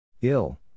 Ill